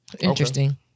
interesting